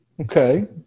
Okay